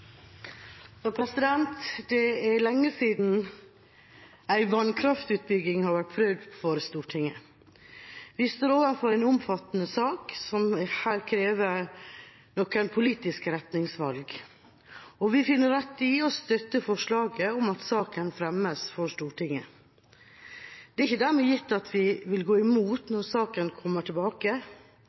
av saksordføraren. Det er lenge siden en vannkraftutbygging har vært prøvd for Stortinget. Vi står overfor en omfattende sak her som krever noen politiske retningsvalg, og vi finner det rett å støtte forslaget om at saken fremmes for Stortinget. Det er ikke dermed gitt at vi vil gå imot når saken kommer tilbake,